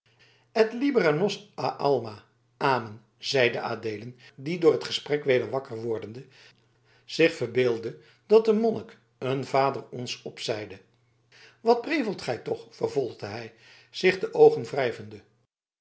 et libera nos a malo amen zeide adeelen die door het gesprek weder wakker wordende zich verbeeldde dat de monnik een vader ons opzeide wat prevelt gij toch vervolgde hij zich de oogen